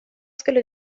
skulle